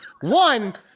One